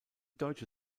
deutsche